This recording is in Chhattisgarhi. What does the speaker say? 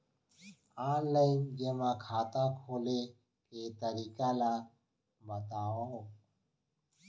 ऑनलाइन जेमा खाता खोले के तरीका ल बतावव?